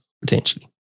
potentially